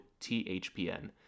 THPN